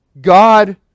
God